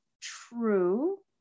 true